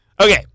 Okay